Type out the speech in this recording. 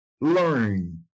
learn